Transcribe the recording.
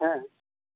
ᱦᱮᱸ